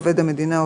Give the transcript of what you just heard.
"עובד המדינה",